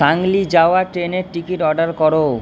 সাংলি যাওয়ার ট্রেনের ticket order করো